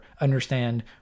understand